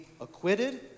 acquitted